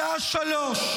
חבר הכנסת קריב,